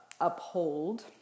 uphold